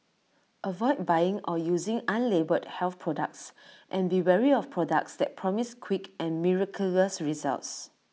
avoid buying or using unlabelled health products and be wary of products that promise quick and miraculous results